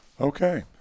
Okay